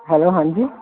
hello ਹਾਂਜੀ